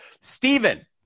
Stephen